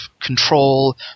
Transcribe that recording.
control